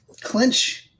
clinch